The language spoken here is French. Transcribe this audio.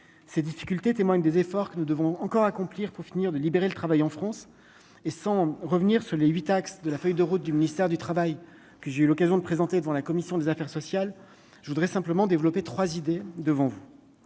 ces difficultés témoigne des efforts que nous devons encore accomplir pour finir de libérer le travail en France et sans revenir sur les 8 textes de la feuille de route du ministère du travail que j'ai eu l'occasion de présenter devant la commission des affaires sociales, je voudrais simplement développé 3 idées devant la